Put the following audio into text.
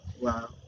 Wow